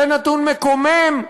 זה נתון מקומם.